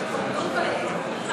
שבגדו בהם,